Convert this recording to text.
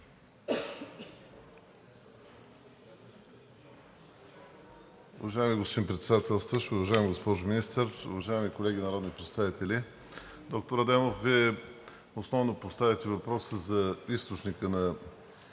Уважаеми господин Председателстващ, уважаема госпожо Министър, уважаеми колеги народни представители! Доктор Адемов, Вие основно поставяте въпроса за източника на